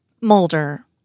Mulder